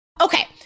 Okay